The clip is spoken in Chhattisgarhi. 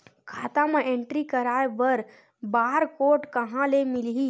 खाता म एंट्री कराय बर बार कोड कहां ले मिलही?